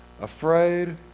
afraid